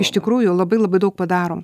iš tikrųjų labai labai daug padarom